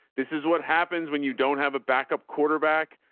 this is what happens when you don't have a backup quarterback.